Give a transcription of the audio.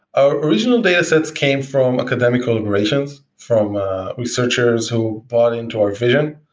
our original datasets came from academic collaborations from researchers who bought into our vision,